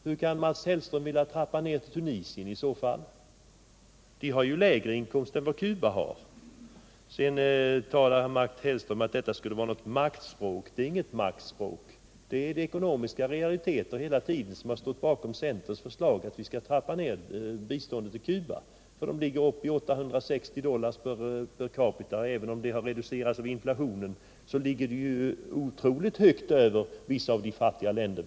Hur kan Mats Hellström med det resonemanget i så fall vilja trappa ner biståndet till det landet? Där har man ju lägre inkomster än vad Cuba har. När det gäller det maktspråk som Mats Hellström talade om vill jag säga att det inte rör sig om något sådant. Det är ekonomiska realiteter som hela tiden stått bakom centerns förslag om att vi skall trappa ner biståndet till Cuba. Det ligger på 860 dollar per capita i inkomst, och även om värdet reducerats genom inflationen, så ligger Cubas inkomst högt över det som finns i vissa av de fattiga länderna.